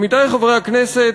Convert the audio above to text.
עמיתי חברי הכנסת,